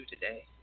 today